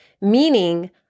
Meaning